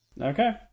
Okay